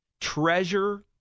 treasure